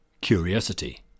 Curiosity